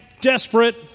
desperate